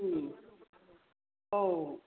औ